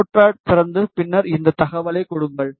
நோட்பேடைத் திறந்து பின்னர் இந்த தகவலைக் கொடுங்கள்